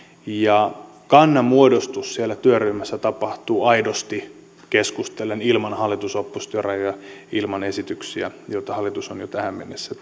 ja kannanmuodostus siellä työryhmässä tapahtuu aidosti keskustellen ilman hallitus oppositio rajoja ilman esityksiä joita hallitus on jo tähän mennessä